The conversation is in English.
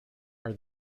are